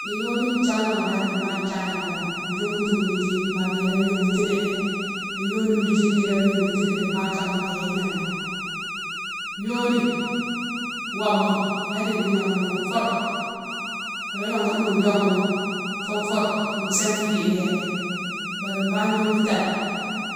Di yoni thiagrama dane di bane thiagrama dane, diongoutouma dékdi niroma yongoutouni, di yoni dékdi niroma yongoutouni ni di bane kama wo yike nani, yoni woma ala rike gnoma fo foure ala yongouni mo diongouma fo foure sanfi adéma bari bane diongoutane